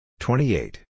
28